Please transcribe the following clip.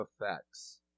effects